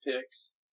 picks